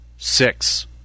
Six